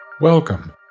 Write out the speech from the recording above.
Welcome